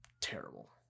terrible